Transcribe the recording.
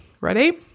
Ready